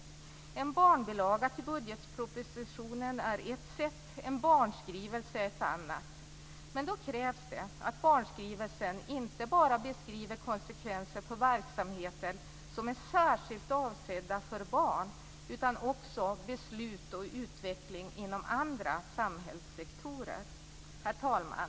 En barnbilaga till budgetpropositionen är ett sätt. En barnskrivelse är ett annat, men då krävs det att barnskrivelsen inte bara beskriver konsekvenser för verksamheter som är särskilt avsedda för barn utan också beslut och utveckling inom andra samhällssektorer. Herr talman!